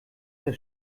der